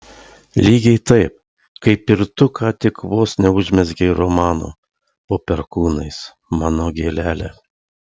lygiai taip kaip ir tu ką tik vos neužmezgei romano po perkūnais mano gėlele